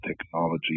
technology